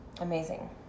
amazing